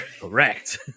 Correct